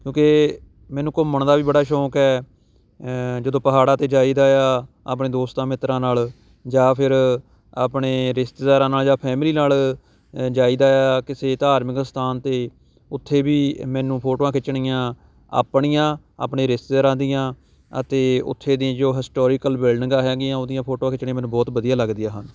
ਕਿਉਂਕਿ ਮੈਨੂੰ ਘੁੰਮਣ ਦਾ ਵੀ ਬੜਾ ਸ਼ੌਕ ਹੈ ਜਦੋਂ ਪਹਾੜਾਂ 'ਤੇ ਜਾਈਦਾ ਆ ਆਪਣੇ ਦੋਸਤਾਂ ਮਿੱਤਰਾਂ ਨਾਲ਼ ਜਾਂ ਫਿਰ ਆਪਣੇ ਰਿਸ਼ਤੇਦਾਰਾਂ ਨਾਲ਼ ਜਾਂ ਫੈਮਲੀ ਨਾਲ਼ ਜਾਈਦਾ ਆ ਕਿਸੇ ਧਾਰਮਿਕ ਸਥਾਨ 'ਤੇ ਉੱਥੇ ਵੀ ਮੈਨੂੰ ਫੋਟੋਆਂ ਖਿੱਚਣੀਆਂ ਆਪਣੀਆਂ ਆਪਣੇ ਰਿਸ਼ਤੇਦਾਰਾਂ ਦੀਆਂ ਅਤੇ ਉੱਥੇ ਦੀਆਂ ਜੋ ਹਿਸਟੋਰੀਕਲ ਬਿਲਡਿੰਗਾਂ ਹੈਗੀਆਂ ਉਹਦੀਆਂ ਫੋਟੋਆਂ ਖਿੱਚਣੀਆਂ ਮੈਨੂੰ ਬਹੁਤ ਵਧੀਆ ਲੱਗਦੀਆਂ ਹਨ